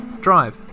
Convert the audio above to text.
drive